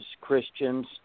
Christians